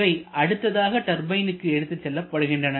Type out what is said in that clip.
இவை அடுத்ததாக டர்பைனிற்கு எடுத்துச் செல்லப்படுகின்றன